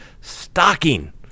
stocking